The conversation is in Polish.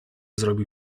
zrobił